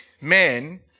men